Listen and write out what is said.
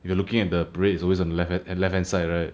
you looking at the parade is always on left hand left hand side right